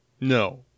No